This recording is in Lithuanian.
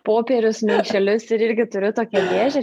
popierius maišelius ir irgi turiu tokią dėžę